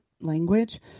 language